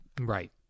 Right